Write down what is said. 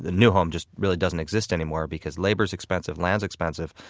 new home just really doesn't exist anymore because labor's expensive, land's expensive.